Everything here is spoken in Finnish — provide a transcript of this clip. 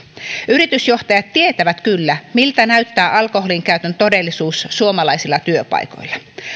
yritysjohtajat tietävät kyllä miltä näyttää alkoholinkäytön todellisuus suomalaisilla työpaikoilla